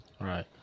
Right